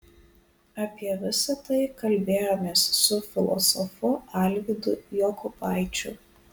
apie visa tai kalbėjomės su filosofu alvydu jokubaičiu